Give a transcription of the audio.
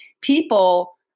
people